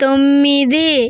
తొమ్మిది